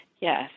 yes